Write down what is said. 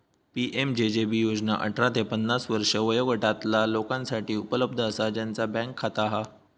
PMJJB योजना अठरा ते पन्नास वर्षे वयोगटातला लोकांसाठी उपलब्ध असा ज्यांचा बँक खाता हा